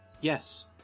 yes